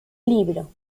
libro